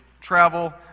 travel